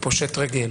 הוא פושט רגל,